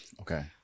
Okay